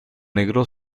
negro